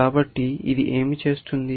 కాబట్టి ఇది ఏమి చేస్తుంది